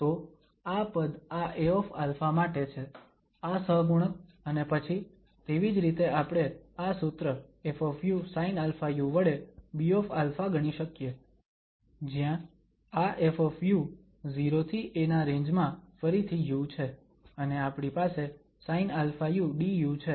તો આ પદ આ Aα માટે છે આ સહગુણક અને પછી તેવી જ રીતે આપણે આ સૂત્ર ƒsinαu વડે Bα ગણી શકીએ જ્યાં આ ƒ 0 થી a ના રેન્જ માં ફરીથી u છે અને આપણી પાસે sinαu du છે